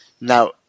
Now